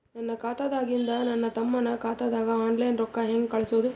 ನನ್ನ ಖಾತಾದಾಗಿಂದ ನನ್ನ ತಮ್ಮನ ಖಾತಾಗ ಆನ್ಲೈನ್ ರೊಕ್ಕ ಹೇಂಗ ಕಳಸೋದು?